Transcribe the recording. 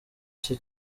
cye